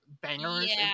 bangers